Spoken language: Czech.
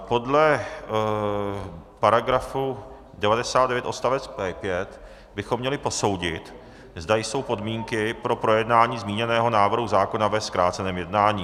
Podle § 99 odst. 5 bychom měli posoudit, zda jsou podmínky pro projednání zmíněného návrhu zákona ve zkráceném jednání.